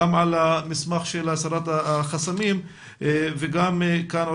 גם על המסמך של הסרת החסמים וגם כאן,